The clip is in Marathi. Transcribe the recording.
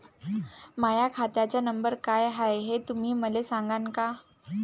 माह्या खात्याचा नंबर काय हाय हे तुम्ही मले सागांन का?